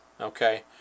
okay